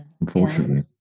Unfortunately